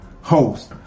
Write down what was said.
host